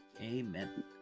amen